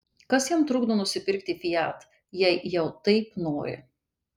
kas jam trukdo nusipirkti fiat jei jau taip nori